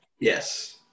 Yes